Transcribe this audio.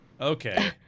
okay